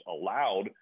allowed